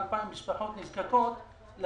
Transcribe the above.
תקין" בתחילת 2020 הפסידו את התמיכה לכל שנת 2020",